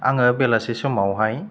आङो बेलासि समावहाय